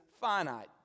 finite